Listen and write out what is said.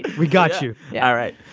we got you yeah all right.